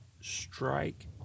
strike